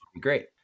Great